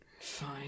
Fine